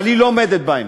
אבל היא לא עומדת בהם.